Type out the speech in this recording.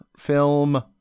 film